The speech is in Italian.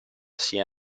sia